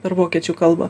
per vokiečių kalbą